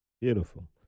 beautiful